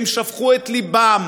הם שפכו את לבם,